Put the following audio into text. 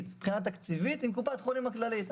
מבחינה תקציבית עם קופת חולים כללית.